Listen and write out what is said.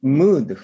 mood